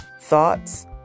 Thoughts